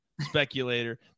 speculator